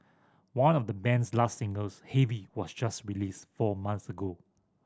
one of the band's last singles Heavy was just released four months ago